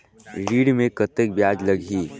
ऋण मे कतेक ब्याज लगही?